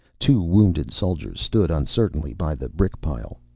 two wounded soldiers stood uncertainly by the brick pile.